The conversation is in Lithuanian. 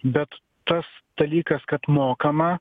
bet tas dalykas kad mokamą